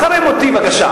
אחרי מותי, בבקשה.